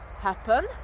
happen